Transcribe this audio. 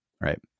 right